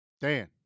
Dan